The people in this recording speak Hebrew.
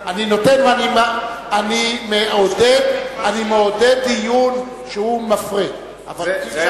אני מעודד דיון שהוא מפרה, אבל אי-אפשר כל הזמן.